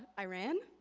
iran?